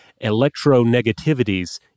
electronegativities